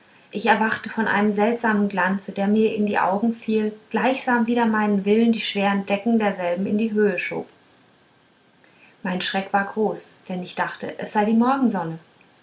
ich erwachte von einem seltsamen glanze der mir in die augen fiel und gleichsam wider meinen willen die schweren decken derselben in die höhe schob mein schrecken war groß denn ich dachte es sei die morgensonne